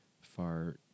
far